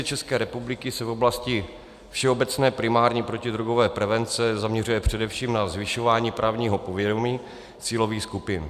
České republiky se v oblasti všeobecné primární protidrogové prevence zaměřuje především na zvyšování právního povědomí cílových skupin.